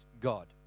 God